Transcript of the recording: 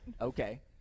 Okay